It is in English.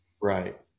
Right